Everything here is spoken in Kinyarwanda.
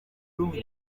rundi